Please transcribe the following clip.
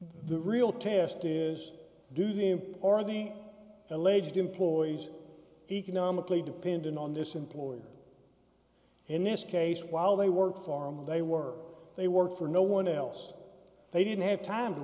the real test is do the or the alleged employees economically dependent on this employer in this case while they work for him they work they work for no one else they didn't have time to